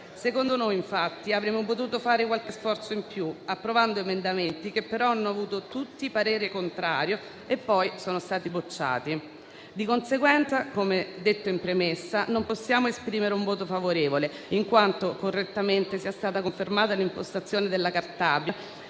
Secondo noi, infatti, avremmo potuto fare qualche sforzo in più, approvando emendamenti che però hanno avuto tutti parere contrario e poi sono stati bocciati. Di conseguenza, come detto in premessa, non possiamo esprimere un voto favorevole, per quanto correttamente sia stata confermata l'impostazione della riforma